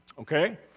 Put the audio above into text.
Okay